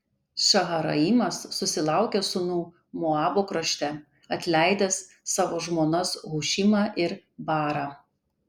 šaharaimas susilaukė sūnų moabo krašte atleidęs savo žmonas hušimą ir baarą